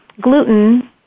gluten